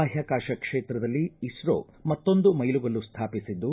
ಬಾಹ್ಕಾಕಾಶ ಕ್ಷೇತ್ರದಲ್ಲಿ ಇಸ್ತೋ ಮತ್ತೊಂದು ಮೈಲುಗಲ್ಲು ಸ್ಥಾಪಿಸಿದ್ದು